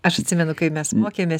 aš atsimenu kai mes mokėmės